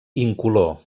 incolor